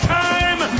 time